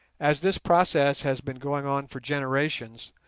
as this process has been going on for generations,